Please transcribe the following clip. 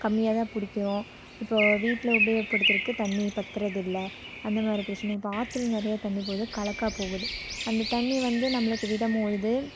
கம்மியாகதான் பிடிக்கிறோம் இப்போது வீட்டில் உபயோகப் படுத்துறதுக்கு தண்ணி பத்துறது இல்லை அந்த மாதிரி பிரச்சனை இப்போது ஆற்றில நிறையா தண்ணி போது கலக்க போகுது அந்த தண்ணி வந்து நம்மளுக்கு விடுமோது